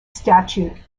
statute